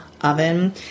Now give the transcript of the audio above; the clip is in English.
oven